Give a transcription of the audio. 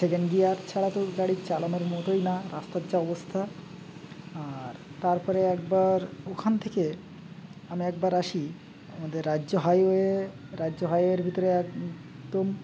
second gear ছাড়া তো গাড়ির চালানের মতোই না রাস্তার যা অবস্থা আর তারপরে একবার ওখান থেকে আমি একবার আসি আমাদের রাজ্য হাইওয়ে রাজ্য হাইওের ভিতরে একদম